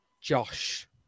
Josh